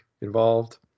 involved